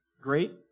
great